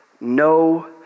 no